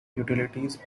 utilities